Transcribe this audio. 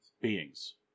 Beings